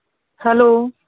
hello